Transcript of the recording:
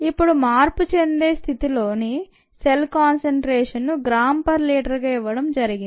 ఇక్కడ మార్పు చెందే స్థితిలోని సెల్ కాన్సంట్రేషన్ను గ్రామ్ పర్ లీటర్గా ఇవ్వడం జరిగింది